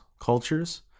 cultures